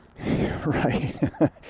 right